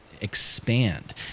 expand